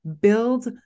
build